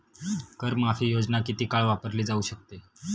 कर माफी योजना किती काळ वापरली जाऊ शकते?